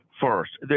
First